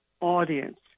audience